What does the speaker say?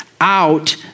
out